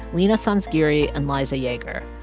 leena sanzgiri and liza yeager.